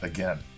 Again